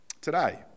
Today